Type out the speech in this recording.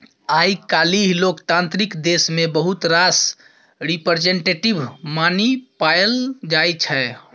आइ काल्हि लोकतांत्रिक देश मे बहुत रास रिप्रजेंटेटिव मनी पाएल जाइ छै